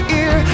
ear